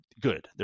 good